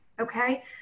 okay